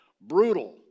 brutal